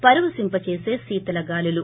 పరవశింప చేసే శీతల గాలులు